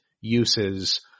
uses